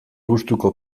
gustuko